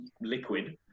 liquid